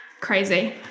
crazy